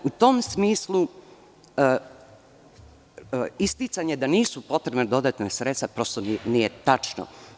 U tom smislu isticanje da nisu potrebna dodatna sredstva prosto nije tačno.